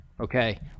okay